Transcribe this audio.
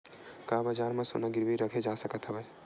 का बजार म सोना गिरवी रखे जा सकत हवय?